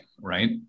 right